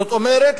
זאת אומרת,